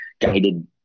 guided